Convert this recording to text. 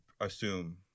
assume